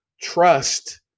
trust